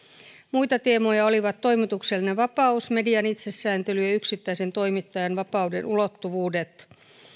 muita teemoja olivat toimituksellinen vapaus median itsesääntely ja yksittäisen toimittajan vapauden ulottuvuudet